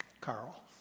Carl